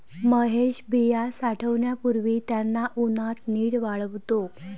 महेश बिया साठवण्यापूर्वी त्यांना उन्हात नीट वाळवतो